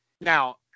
Now